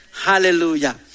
Hallelujah